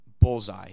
bullseye